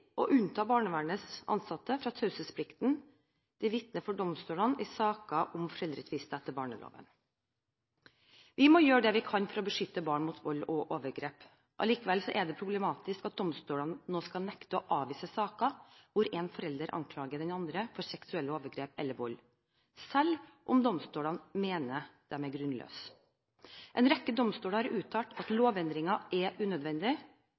unnta barnevernets ansatte fra taushetsplikten for å vitne for domstolene i saker om foreldretvister etter barneloven. Vi må gjøre det vi kan for å beskytte barn mot vold og overgrep. Allikevel er det problematisk at domstolene nå skal nekte å avvise saker hvor en forelder anklager den andre for seksuelle overgrep eller vold, selv om domstolene mener de er grunnløse. En rekke domstoler har uttalt at lovendringer er unødvendig